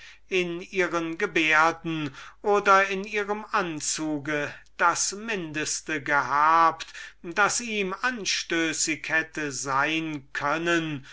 in ihren gebärden oder in ihrem anzug das mindeste gehabt das ihm anstößig hätte sein können